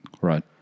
right